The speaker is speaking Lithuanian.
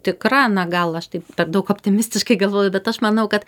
tikra na gal aš taip per daug optimistiškai galvoju bet aš manau kad